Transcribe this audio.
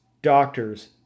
Doctors